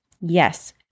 Yes